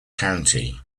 county